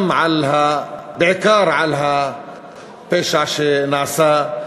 בעיקר על הפשע שנעשה,